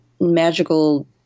magical